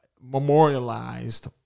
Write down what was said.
memorialized